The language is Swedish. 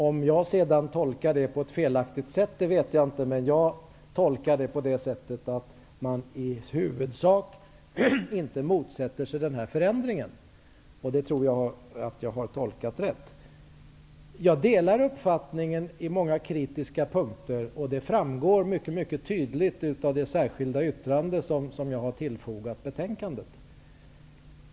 Om jag tolkar detta på ett felaktigt sätt vet jag inte, men jag tyder det så, att man i huvudsak inte motsätter sig den här förändringen. Jag tror trots allt att den tolkningen är riktig. Jag delar många av de kritiska uppfattningarna, och det framgår mycket tydligt av det särskilda yttrande som jag har fogat vid betänkandet.